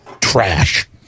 Trash